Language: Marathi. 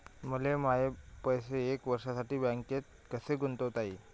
मले माये पैसे एक वर्षासाठी बँकेत कसे गुंतवता येईन?